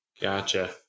Gotcha